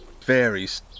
varies